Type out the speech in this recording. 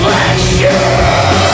reflection